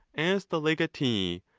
as the legatee,